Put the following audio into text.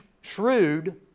shrewd